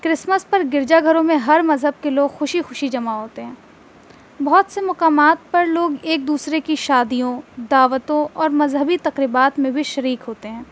Christmas پر گرجا گھروں میں ہر مذہب کے لوگ خوشی خوشی جمع ہوتے ہیں بہت سے مقامات پر لوگ ایک دوسرے کی شادیوں دعوتوں اور مذہبی تقریبات میں بھی شریک ہوتے ہیں